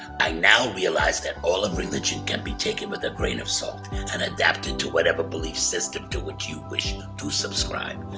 i now realize that all of religion can be taken with a grain of salt and adapted to whatever belief system to what you wish to subscribe.